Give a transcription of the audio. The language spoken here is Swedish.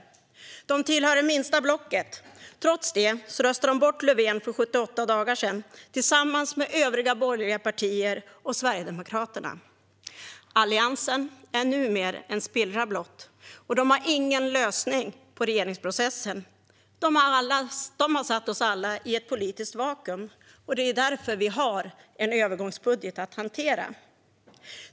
De tillhör det minsta blocket. Trots det röstade de, tillsammans med övriga borgerliga partier och Sverigedemokraterna, bort Löfven för 78 dagar sedan. Alliansen är numer blott en spillra, och de har ingen lösning på regeringsprocessen. De har satt oss alla i ett politiskt vakuum, och det är därför vi har en övergångsbudget att hantera.